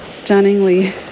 stunningly